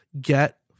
get